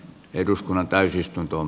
eduskunnan täysistuntoon